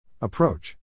Approach